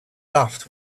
laughed